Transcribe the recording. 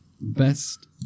best